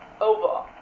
over